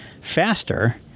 faster